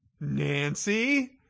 Nancy